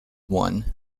one